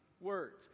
words